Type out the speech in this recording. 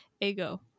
Ego